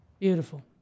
Beautiful